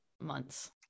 months